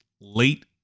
late